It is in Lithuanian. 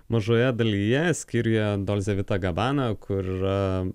mažoje dalyje skyriuje dolzevita gabana kur